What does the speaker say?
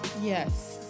yes